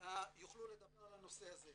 יוכלו לדבר על הנושא הזה.